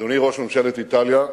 אדוני ראש ממשלת איטליה,